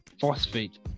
phosphate